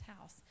house